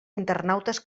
internautes